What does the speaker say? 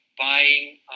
buying